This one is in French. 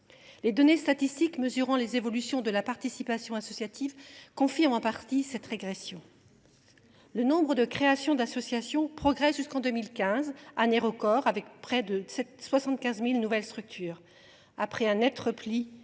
Les données statistiques mesurant les évolutions de la participation associative confirment en partie cette régression. Le nombre de créations d’associations progresse jusqu’en 2015, année record, où l’on a enregistré près de 75 000 nouvelles structures. Après un net repli